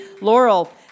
Laurel